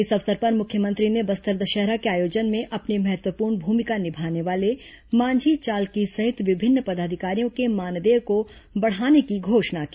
इस अवसर पर मुख्यमंत्री ने बस्तर दशहरा के आयोजन में अपनी महत्वपूर्ण भूमिका निभाने वाले मांझी चालकी सहित विभिन्न पदाधिकारियों के मानदेय को बढ़ाने की घोषणा की